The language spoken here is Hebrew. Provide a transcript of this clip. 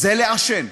זה לעשן.